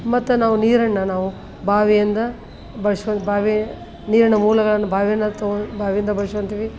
ಮತ್ತು ನಾವು ನೀರನ್ನು ನಾವು ಬಾವಿಯಿಂದ ಬಳ್ಸ್ಕೊಂಡ್ ಬಾವಿ ನೀರಿನ ಮೂಲಗಳನ್ನು ಬಾವಿನ ತೋ ಬಾವಿಯಿಂದ ಬಳ್ಸ್ಕೊಂತಿವಿ